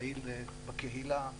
פעיל בקהילה,